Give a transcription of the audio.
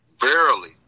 Verily